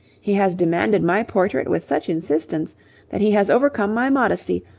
he has demanded my portrait with such insistence that he has overcome my modesty,